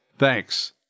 Thanks